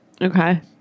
Okay